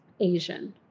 Asian